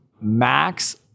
Max